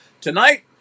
tonight